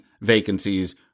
vacancies